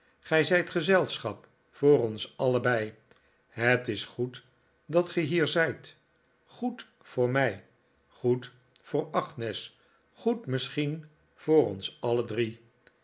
zijt gezelschap voor ons allebei het is goed dat ge hier zijt goed voor mij goed voor agnes goed misschien voor ons alle drie